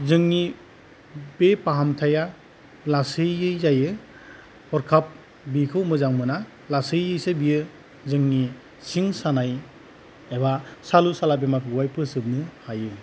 जोंनि बे फाहामथाइया लासैयै जायो हरखाब बेखौ मोजां मोना लासैयैसो बियो जोंनि सिं सानाय एबा सालु साला बेमारफोरखौहाय फोजोबनो हायो